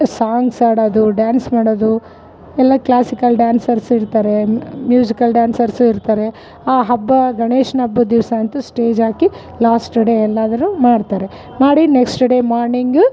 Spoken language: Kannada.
ಸಾಂಗ್ಸ್ ಹಾಡೋದು ಡ್ಯಾನ್ಸ್ ಮಾಡೋದು ಎಲ್ಲ ಕ್ಲಾಸಿಕಲ್ ಡ್ಯಾನ್ಸರ್ಸ್ ಇರ್ತಾರೆ ಮ್ಯೂಸಿಕಲ್ ಡ್ಯಾನ್ಸರ್ಸ್ ಇರ್ತಾರೆ ಆ ಹಬ್ಬ ಗಣೇಶನ ಹಬ್ಬ ದಿವಸ ಅಂತು ಸ್ಟೇಜ್ ಹಾಕಿ ಲಾಸ್ಟ್ ಡೇ ಎಲ್ಲಾದರೂ ಮಾಡ್ತಾರೆ ಮಾಡಿ ನೆಕ್ಸ್ಟ್ ಡೇ ಮಾರ್ನಿಂಗ್